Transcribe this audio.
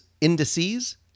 indices